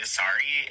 sorry